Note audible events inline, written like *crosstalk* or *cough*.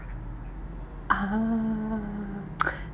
ah *noise*